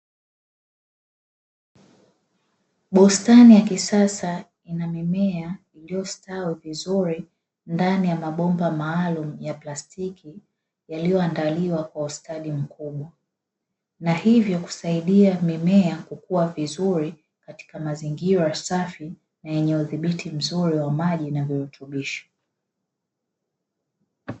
Bustani ya kisasa ina mimea iliyostawi vizuri ndani ya mabomba maalumu ya plastiki, yaliyoandaliwa kwa ustadi mkubwa na hivyo kusaidia mimea kukua vizuri katika mazingira safi na yenye udhibiti mzuri wa maji yenye virutubisho.